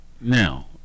Now